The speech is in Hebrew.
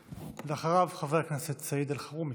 ואחריו, חבר הכנסת סעיד אלחרומי.